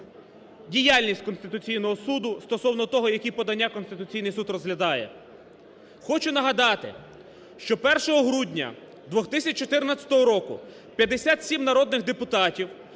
діяльність Конституційного Суду стосовно того, які подання Конституційний Суд розглядає. Хочу нагадати, що 1 грудня 2014 року 57 народних депутатів